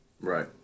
Right